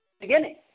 beginning